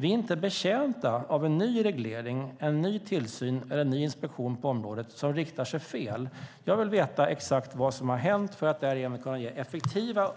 Vi är inte betjänta av en ny reglering, en ny tillsyn eller en ny inspektion på området som riktar sig fel. Jag vill veta exakt vad som har hänt för att därigenom kunna ge effektiva